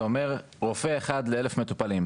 זה אומר: רופא אחד לכל אלף מטופלים.